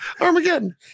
Armageddon